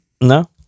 No